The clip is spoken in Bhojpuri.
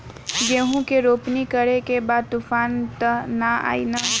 गेहूं के रोपनी करे के बा तूफान त ना आई न?